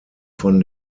von